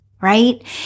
right